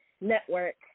network